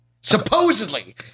supposedly